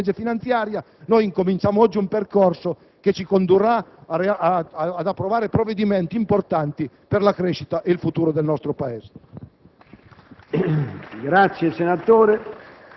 La strategia dello sviluppo è la strategia della nostra legge finanziaria ed oggi iniziamo un percorso che ci condurrà ad approvare provvedimenti importanti per la crescita ed il futuro del nostro Paese.